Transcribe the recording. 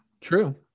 True